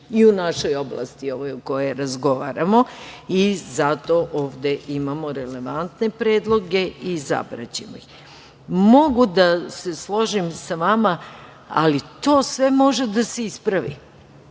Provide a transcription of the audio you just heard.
i u našoj oblasti, ovoj o kojoj razgovaramo i zato ovde imamo relevantne predloge i izabraćemo ih. Mogu da se složim sa vama, ali to sve može da se ispravi.